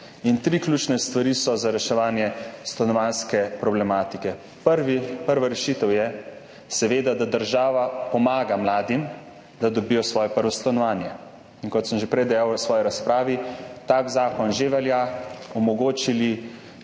Tri ključne stvari so za reševanje stanovanjske problematike. Prva rešitev je seveda, da država pomaga mladim, da dobijo svoje prvo stanovanje. Kot sem že prej dejal v svoji razpravi, tak zakon že velja, omogočili